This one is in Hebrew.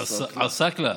עַסַאקְלַה.